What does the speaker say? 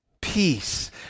peace